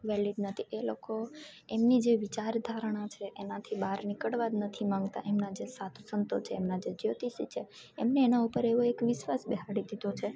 valid નથી એ લોકો એમની જે વિચાર ધારણા એમનાથી બહાર નીકળવા જ નથી માંગતા એમના જે સાધુ સંતો છે એમના જે જ્યોતિષી છે એમને એના ઉપર એક એવો વિશ્વાસ બેસાડી દીધો છે